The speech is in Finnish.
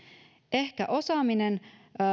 ehkä